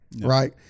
right